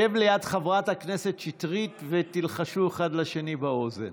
שב ליד חברת הכנסת שטרית ותלחשו אחד לשני באוזן.